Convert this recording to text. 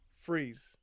freeze